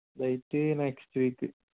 date next week